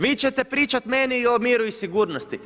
Vi ćete pričat meni o miru i sigurnosti?